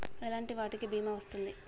ఎలాంటి వాటికి బీమా వస్తుంది?